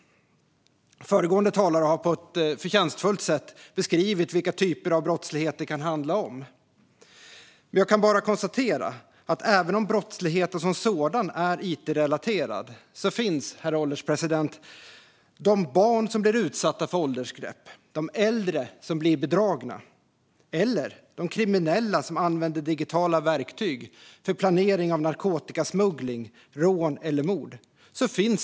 Föregående talare har på ett förtjänstfullt sätt beskrivit vilka typer av brottslighet det kan handla om. Även om brottsligheten som sådan är it-relaterad finns, herr ålderspresident, de barn som blir utsatta för övergrepp, de äldre som blir bedragna och de kriminella som använder digitala verktyg för planering av narkotikasmuggling, rån eller mord.